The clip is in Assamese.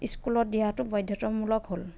স্কুলত দিয়াতো বাধ্যতামূলক হ'ল